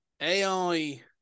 AI